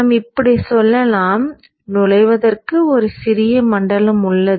நாம் இப்படிச் சொல்லலாம் நுழைவதற்கு ஒரு சிறிய மண்டலம் உள்ளது